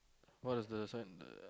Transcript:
what does the sign